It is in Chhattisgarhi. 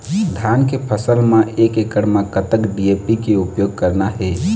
धान के फसल म एक एकड़ म कतक डी.ए.पी के उपयोग करना हे?